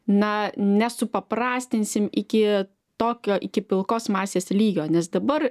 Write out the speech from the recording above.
na nesupaprastinsim iki tokio iki pilkos masės lygio nes dabar